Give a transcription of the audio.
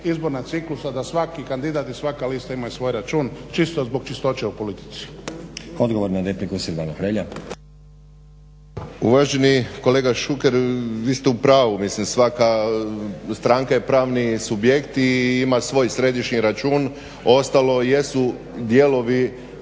izborna ciklusa da svaki kandidat i svaka lista ima svoj račun, čisto zbog čistoće u politici. **Stazić, Nenad (SDP)** Odgovor na repliku Silvano Hrelja. **Hrelja, Silvano (HSU)** Uvaženi kolega Šuker, vi ste u pravu, mislim svaka stranka je pravni subjekt i ima svoj središnji račun, ostalo jesu dijelovi,